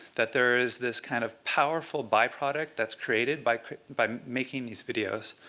that there is this kind of powerful byproduct that's created by by making these videos.